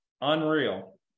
unreal